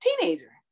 teenager